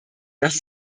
dass